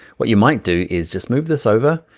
what you might do is just move this over,